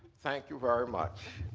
thank you very much.